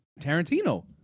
Tarantino